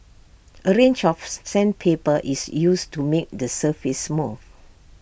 A range of sandpaper is used to make the surface smooth